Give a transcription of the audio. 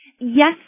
Yes